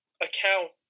account